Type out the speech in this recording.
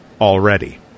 already